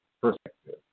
perspective